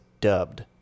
dubbed